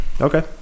Okay